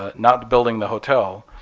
ah not building the hotel.